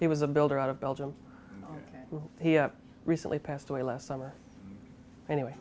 he was a builder out of belgium he recently passed away last summer anyway